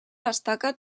destaca